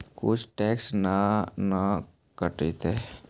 कुछ टैक्स ना न कटतइ?